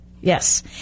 Yes